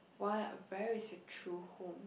why I very seek true home